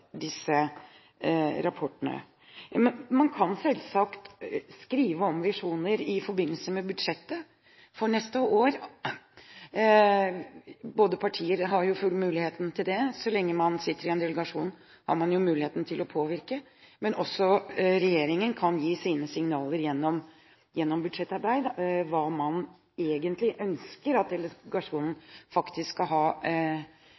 disse rapportene bli et stortingsdokument. Man kan selvsagt skrive om visjoner i forbindelse med budsjettet for neste år. Partier har full mulighet til å påvirke så lenge man sitter i en delegasjon, men også regjeringen kan gi signaler gjennom budsjettarbeid om hva man egentlig ønsker at delegasjonen skal ha